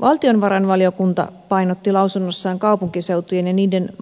valtiovarainvaliokunta painotti lausunnossaan kaupunkiseutujen